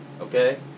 Okay